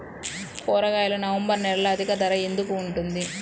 కూరగాయలు నవంబర్ నెలలో అధిక ధర ఎందుకు ఉంటుంది?